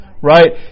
right